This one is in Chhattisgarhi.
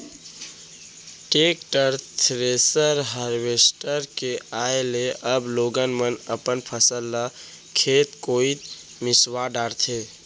टेक्टर, थेरेसर, हारवेस्टर के आए ले अब लोगन मन अपन फसल ल खेते कोइत मिंसवा डारथें